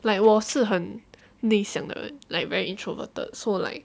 like 我是很内向的人 like very introverted so like